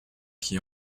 qui